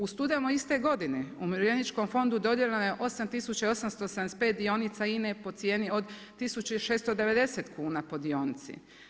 U studenu iste godine, umirovljeničkom fondu, dodijeljeno je 8 tisuća i 875 dionica INA-e po cijeni od 1690 kuna po dionici.